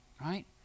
right